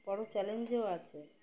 বড় চ্যালেঞ্জও আছে